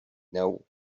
now